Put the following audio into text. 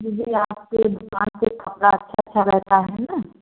जी जी आपके दुकान से कपड़ा अच्छा रहता है ना